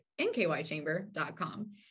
nkychamber.com